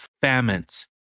famines